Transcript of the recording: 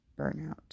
burnout